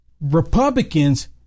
Republicans